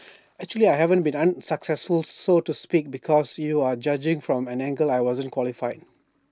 actually I haven't been unsuccessfully so to speak because you are judging from the angle I wasn't qualified